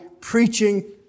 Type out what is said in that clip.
preaching